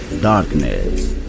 Darkness